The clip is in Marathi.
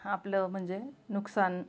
आपलं म्हणजे नुकसान